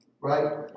Right